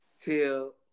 till